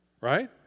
Right